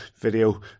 video